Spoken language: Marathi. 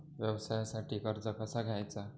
व्यवसायासाठी कर्ज कसा घ्यायचा?